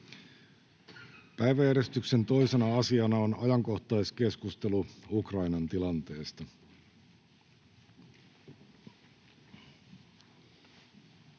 Päiväjärjestyksen 2. asiana on ajankohtaiskeskustelu Ukrainan tilanteesta.